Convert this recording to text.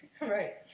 Right